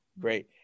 Great